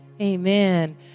Amen